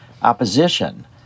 opposition